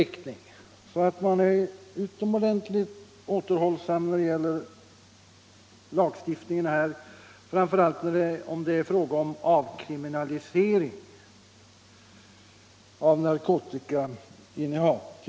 Man måste sålunda vara utomordentligt återhållsam när det t.ex. gäller att lagstiftningsvägen avkriminalisera narkotikainnehav.